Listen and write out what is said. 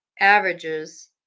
averages